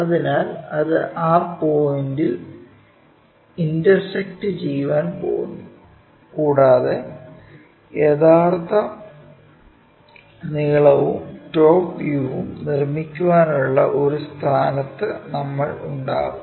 അതിനാൽ അത് ആ പോയിന്റ് ഇൽ ഇന്റർസെക്ക്ട് ചെയ്യാൻ പോകുന്നു കൂടാതെ യഥാർത്ഥ നീളവും ടോപ് വ്യൂവും നിർമ്മിക്കാനുള്ള ഒരു സ്ഥാനത്ത് നമ്മൾ ഉണ്ടാകും